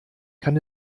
kann